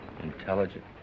Intelligent